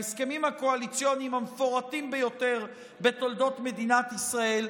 ההסכמים הקואליציוניים המפורטים ביותר בתולדות מדינת ישראל,